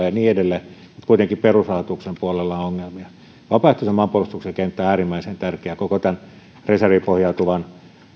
ja niin edelleen mutta kuitenkin perusrahoituksen puolella on ongelmia vapaaehtoisen maanpuolustuksen kenttä on äärimmäisen tärkeä koko tämän reserviin pohjautuvan